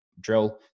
drill